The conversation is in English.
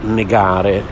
negare